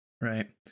Right